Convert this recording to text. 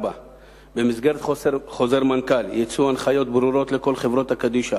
4. במסגרת חוזר מנכ"ל יצאו הנחיות ברורות לכל החברות קדישא